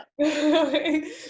okay